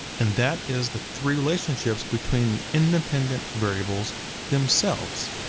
and that is the three relationships between the independent variables themselves.